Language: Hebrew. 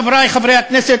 חברי חברי הכנסת,